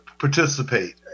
participate